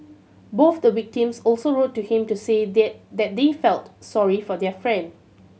both the victims also wrote to him to say they that they felt sorry for their friend